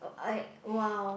I while